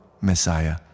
Messiah